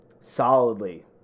solidly